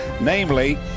namely